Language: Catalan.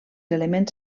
elements